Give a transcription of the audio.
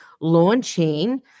launching